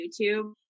YouTube